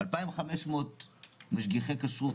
2,500 משגיחי כשרות,